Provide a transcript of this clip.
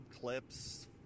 clips